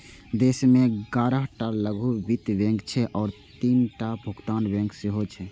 देश मे ग्यारह टा लघु वित्त बैंक छै आ तीनटा भुगतान बैंक सेहो छै